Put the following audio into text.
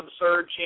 absurd